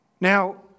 Now